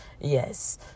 Yes